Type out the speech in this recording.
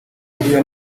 ahurira